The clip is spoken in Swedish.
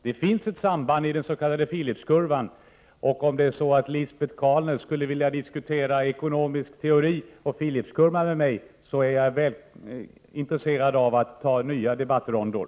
Det finns ett samband i den s.k. Philipskurvan, och om Lisbet Calner vill diskutera ekonomisk teori och Philipskurvan med mig, är jag intresserad av nya debattrundor.